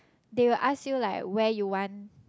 they will ask you like where you want